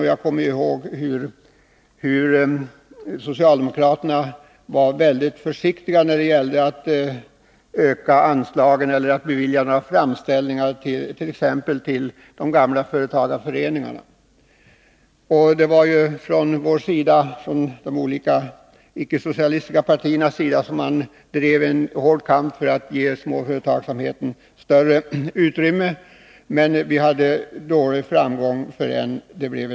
Jag kommer ihåg att socialdemokraterna då var mycket försiktiga när det gällde att öka anslagen eller att bevilja något till exempelvis de gamla företagarföreningarna. Vi på den ickesocialistiska sidan drev en hård kamp. Syftet med denna var att skapa ett större utrymme för småföretagsamheten.